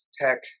Tech